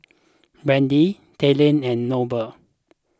Brandy Talen and Noble